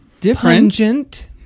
different